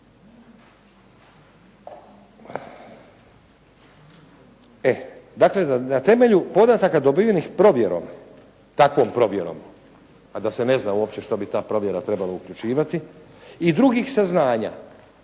E dakle na temelju podataka dobivenih provjerom. Takvom provjerom a da se ne zna uopće što bi ta provjera trebala uključivati i drugih saznanja.